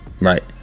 right